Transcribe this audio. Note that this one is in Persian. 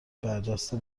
برجسته